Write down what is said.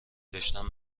داشتن